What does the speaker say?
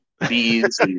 bees